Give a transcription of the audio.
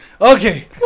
okay